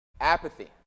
Apathy